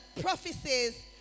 prophecies